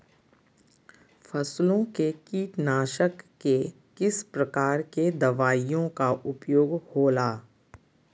फसलों के कीटनाशक के किस प्रकार के दवाइयों का उपयोग हो ला?